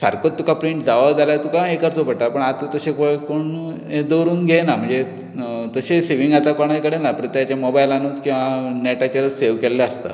सारकोच तुका प्रींट जावो जाल्यार तुका हे करचो पडटा पूण आतां तशें पळय कोण दवरून घेयना म्हणजे तशें सेवींग आतां कोणाय कडेन ना प्रत्येकाच्या मोबायलानूच किंवा नेटाचेरूच सेव केल्ले आसता